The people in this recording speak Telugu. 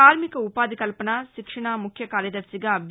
కార్మిక ఉపాధికల్పన శిక్షణ శాఖ ముఖ్యకార్యదర్శిగా బీ